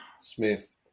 Smith